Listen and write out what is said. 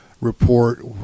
report